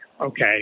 okay